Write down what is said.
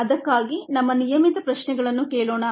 ಅದಕ್ಕಾಗಿ ನಮ್ಮ ನಿಯಮಿತ ಪ್ರಶ್ನೆಗಳನ್ನು ಕೇಳೋಣ